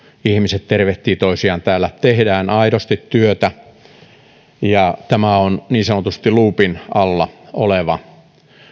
ihmiset tervehtivät toisiaan täällä tehdään aidosti työtä tämä on niin sanotusti luupin alla oleva